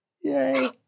Yay